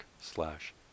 slash